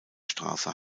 straße